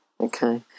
Okay